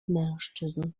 mężczyzn